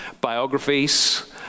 biographies